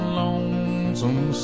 lonesome